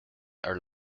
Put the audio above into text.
are